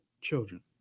children